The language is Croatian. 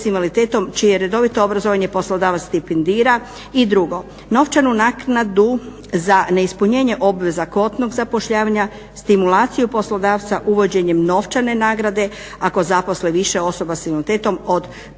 i drugo. Novčanu naknadu za neispunjenje obveza kvotnog zapošljavanja stimulaciju poslodavca, uvođenjem novčane nagrade ako zaposle više osoba s invaliditetom od propisane